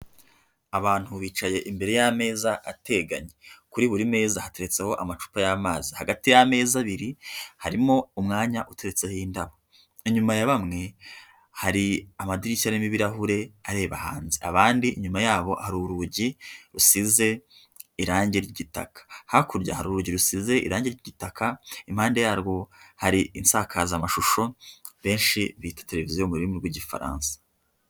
Abantu bicaye imbere y'ameza ateganye, kuri buri meza hateretseho amacupa y'amazi, hagati y'amezi abiri harimo umwanya uteretseho indabo, inyuma ya bamwe hari amadirishya arimo ibirahure areba hanze, abandi inyuma yabo ari urugi rusize irangi ry'igitaka, hakurya hari urugi rusize irangi ry'igitaka, impande yarwo hari isakazamashusho, benshi bita televiziyo mu rurimi rw'Igifaransa.